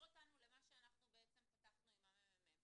אותנו למה שאנחנו בעצם פתחנו עם הממ"מ,